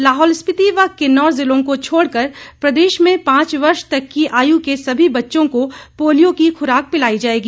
लाहौल स्पीति व किन्नौर जिलों को छोड़कर प्रदेश में पांच वर्ष तक की आयु के सभी बच्चों को पोलियो की खुराक पिलाई जाएगी